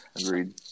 Agreed